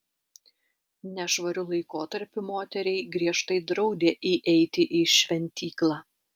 nešvariu laikotarpiu moteriai griežtai draudė įeiti į šventyklą